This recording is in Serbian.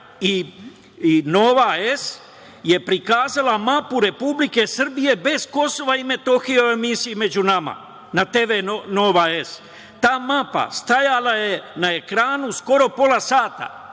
i „Nova S“ je prikazala mapu Republike Srbije bez Kosova i Metohije u emisiji „Među nama“ na TV „Nova S“. Ta mapa stajala je na ekranu skoro pola sata.